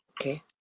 Okay